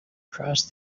crossed